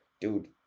dude